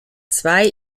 zwei